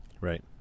Right